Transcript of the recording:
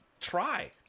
try